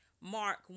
Mark